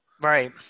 right